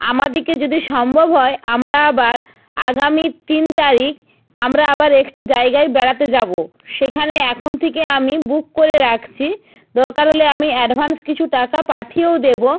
আমাদেরকে যদি সম্ভব হয় আমরা আবার আগামী তিন তারিখ আমরা আবার একটি জায়গায় বেড়াতে যাব সেখানে এখন থেকে আমি বুক করে রাখছি দরকার হলে আমি অ্যাডভান্স কিছু টাকা পাঠিয়েও দেবো